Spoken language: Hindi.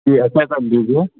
जी ऐसा कर दीजिए